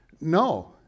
No